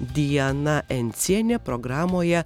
diana encienė programoje